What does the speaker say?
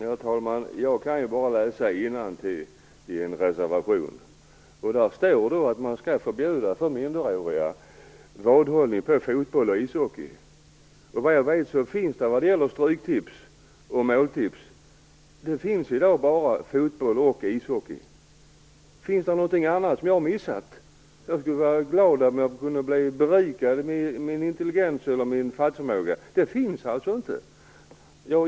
Herr talman! Jag kan bara läsa innantill i en reservation. Där står det att man skall förbjuda för minderåriga vadhållning på fotboll och ishockey. Vad jag vet finns stryktips och måltips bara på fotboll och ishockey. Finns måltips på något annat som jag har missat? Jag skulle vara glad om jag kunde bli berikad i min intelligens eller min fattningsförmåga, men dessa spel finns alltså inte på något annat.